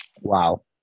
wow